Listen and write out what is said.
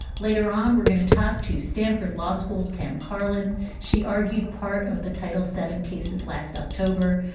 later on, we're going to talk to stanford law school's pam karlan. she argued part of the title seven cases last october.